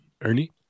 ernie